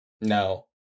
No